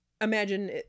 imagine